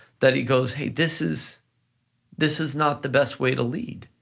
that he goes, hey, this is this is not the best way to lead.